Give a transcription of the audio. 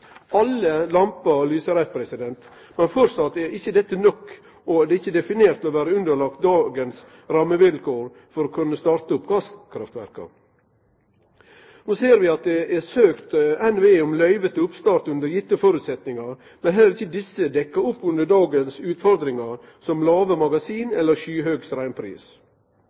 Alle lampene lyser raudt, men framleis er ikkje dette nok, og det er ikkje definert til å vere underlagt dagens rammevilkår for å kunne starte opp gasskraftverk. Så ser vi at det er søkt NVE om løyve til oppstart under gitte føresetnader, men heller ikkje desse dekkjer opp under dagens utfordringar som låge magasin eller